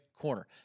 corner